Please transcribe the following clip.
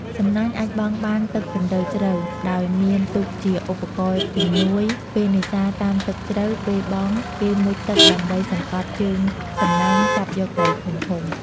សំណាញ់់អាចបង់បានទឹកជម្រៅជ្រៅ ដោយមានទូកជាឧបករណ៍ជំនួយពេលនេសាទតាមទឹកជ្រៅពេលបង់គេមុជទឹកដើម្បីសង្កត់ជើងសំណាញ់ចាប់យកត្រីធំៗ។